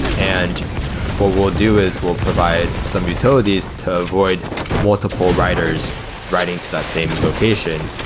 and what we'll do is we'll provide some utilities to avoid multiple writers writing to that same location.